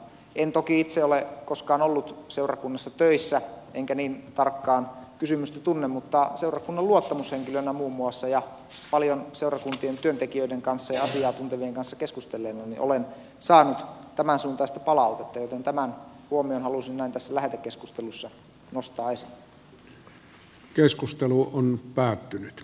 en toki itse ole koskaan ollut seurakunnassa töissä enkä niin tarkkaan kysymystä tunne mutta seurakunnan luottamushenkilönä muun muassa ja paljon seurakuntien työntekijöiden kanssa ja asiaa tuntevien kanssa keskustelleena olen saanut tämänsuuntaista palautetta joten tämän huomion halusin näin tässä lähetekeskustelussa nostaa esiin